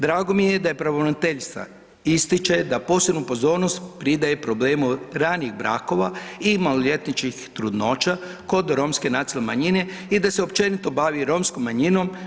Drago mi je da je pravobraniteljica ističe da posebnu pozornost pridaje problemu ranijih brakova i maloljetničkih trudnoća kod romske nacionalne manjine i da se općenito bavi romskom manjinom.